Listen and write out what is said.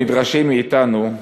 נדרשים מאתנו,